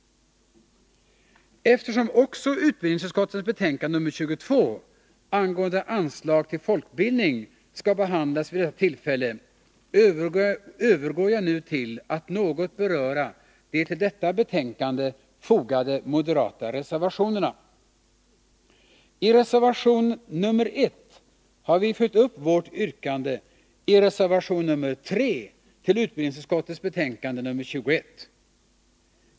Eftersom också utbildningsutskottets betänkande nr 22 angående anslag till folkbildning skall behandlas vid detta tillfälle övergår jag nu till att något beröra de till detta betänkande fogade moderata reservationerna. I reservation nr 1 har vi följt upp vårt yrkande i reservation nr 3 till utbildningsutskottets betänkande nr 21.